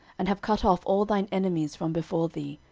and have cut off all thine enemies from before thee,